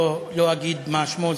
לא אגיד מה שמו,